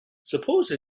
suppose